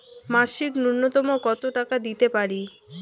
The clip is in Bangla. মাসিক নূন্যতম কত টাকা দিতে পারি?